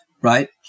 Right